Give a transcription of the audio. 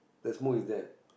that smoke is there